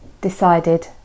decided